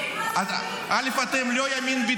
איזה ימין?